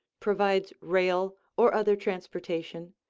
provides rail or other transportation,